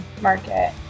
Market